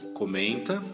comenta